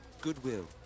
Goodwill